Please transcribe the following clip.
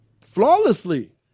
flawlessly